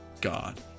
God